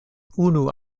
unu